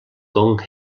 gong